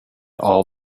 all